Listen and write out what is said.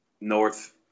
North